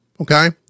Okay